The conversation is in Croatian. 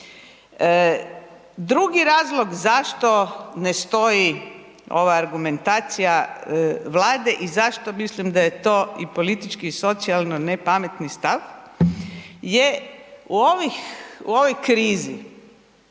Drugi razlog zašto ne stoji ova argumentacija Vlade i zašto mislim da je to i politički i socijalno nepametni stav je u ovih,